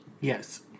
Yes